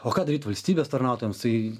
o ką daryt valstybės tarnautojams tai